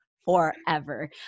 forever